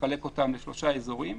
נחלק אותם לשלושה אזורים,